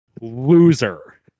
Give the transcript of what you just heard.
Loser